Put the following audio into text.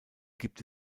gibt